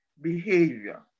behavior